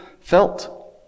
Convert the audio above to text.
felt